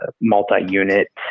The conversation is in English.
multi-unit